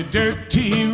dirty